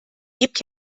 gibt